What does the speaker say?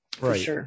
Right